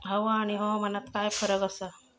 हवा आणि हवामानात काय फरक असा?